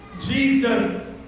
Jesus